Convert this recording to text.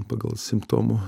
pagal simptomų